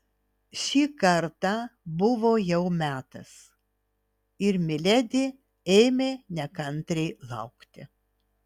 šį kartą buvo jau metas ir miledi ėmė nekantriai laukti